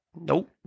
Nope